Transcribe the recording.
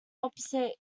opposite